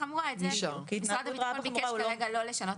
וחמורה את זה משרד הביטחון ביקש כרגע לא לשנות,